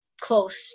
close